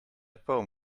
poem